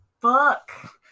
Fuck